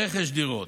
רכש דירות: